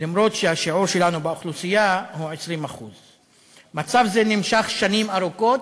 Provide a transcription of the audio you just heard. אף שהשיעור שלנו באוכלוסייה הוא 20%. מצב זה נמשך שנים ארוכות,